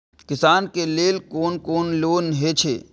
किसान के लेल कोन कोन लोन हे छे?